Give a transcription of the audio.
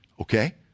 okay